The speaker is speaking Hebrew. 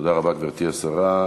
תודה רבה, גברתי השרה.